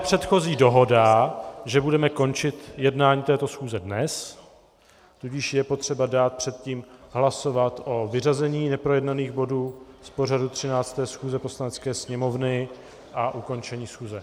Předchozí dohoda byla, že budeme končit jednání této schůze dnes, tudíž je potřeba dá předtím hlasovat o vyřazení neprojednaných bodů z pořadu 13. schůze Poslanecké sněmovny a ukončení schůze.